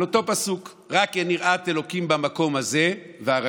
על אותו פסוק: "רק אין יראת ה' במקום הזה והרגוני".